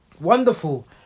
Wonderful